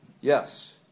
Yes